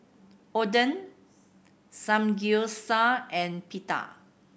Oden Samgyeopsal and Pita